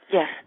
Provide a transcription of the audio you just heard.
Yes